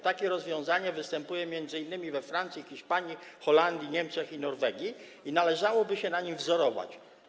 Takie rozwiązanie występuje m.in. we Francji, Hiszpanii, Holandii, Niemczech i Norwegii i należałoby się na nim wzorować.